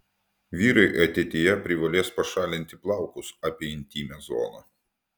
vyrai ateityje privalės pašalinti plaukus apie intymią zoną